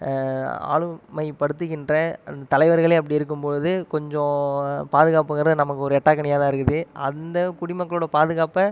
ஆளுமைப்படுத்துகின்ற தலைவர்களே அப்படி இருக்கும் பொழுது கொஞ்சம் பாதுகாப்புங்கிறது நமக்கு ஒரு எட்டாத கனியாகதான் இருக்குது அந்த குடிமக்களோடய பாதுகாப்பை